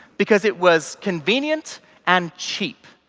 because it was convenient and cheap.